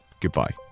goodbye